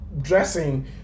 dressing